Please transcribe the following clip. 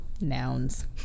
nouns